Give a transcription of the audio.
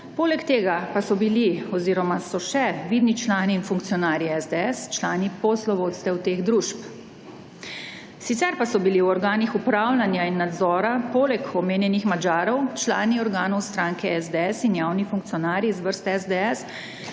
Poleg tega pa so bili oziroma so še vidni člani in funkcionarji SDS člani poslovodstev teh družb. Sicer pa so bili v organih upravljanja in nadzora, poleg omenjenih Madžarov, člani organov stranke SDS in javni funkcionarji iz vrst SDS,